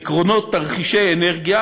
עקרונות תרחישי אנרגיה,